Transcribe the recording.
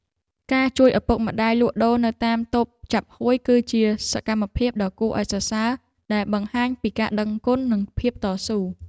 ការជួយឪពុកម្តាយលក់ដូរនៅតាមតូបចាប់ហួយគឺជាសកម្មភាពដ៏គួរឱ្យសរសើរដែលបង្ហាញពីការដឹងគុណនិងភាពតស៊ូ។